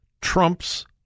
Trump's